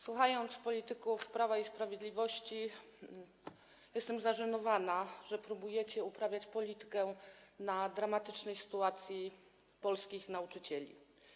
Słuchając polityków Prawa i Sprawiedliwości, jestem zażenowana, że próbujecie uprawiać politykę, wykorzystując dramatyczną sytuację polskich nauczycieli.